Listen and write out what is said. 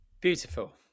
beautiful